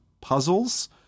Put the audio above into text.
puzzles